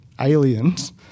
aliens